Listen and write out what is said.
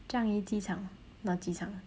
樟宜机场